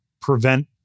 prevent